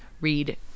read